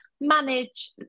manage